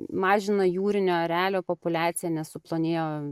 mažina jūrinio erelio populiaciją nes suplonėjo